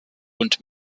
und